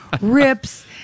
rips